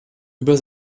über